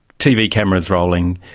tv cameras rolling.